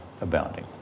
abounding